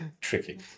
tricky